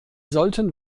sollten